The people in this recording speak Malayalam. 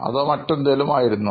അതോ മറ്റെന്തെങ്കിലും ആയിരുന്നോ